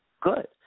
good